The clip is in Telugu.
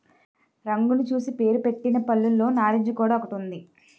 రంగును చూసి పేరుపెట్టిన పళ్ళులో నారింజ కూడా ఒకటి ఉంది